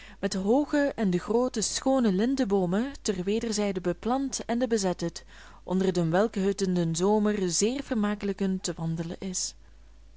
met hooge ende groote schoone lindeboomen ter wederzijden beplant ende besettet onder denwelcken het in den zomer seer vermaeckelijcken te wandelen is